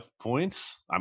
points